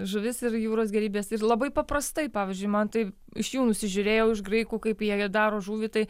žuvis ir jūros gėrybės ir labai paprastai pavyzdžiui man tai iš jų nusižiūrėjau iš graikų kaip jie daro žuvį tai